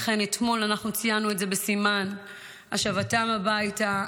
לכן אתמול ציינו את זה בסימן השבתם הביתה,